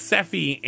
Seffi